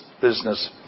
business